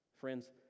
Friends